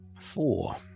Four